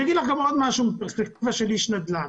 אני אגיד לך עוד דבר מפרספקטיבה של איש נדל"ן.